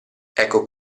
ecco